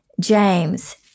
James